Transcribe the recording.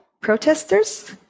protesters